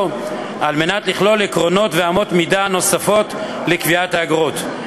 על מנת לכלול עקרונות ואמות מידה נוספים לקביעת האגרות.